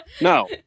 No